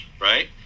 right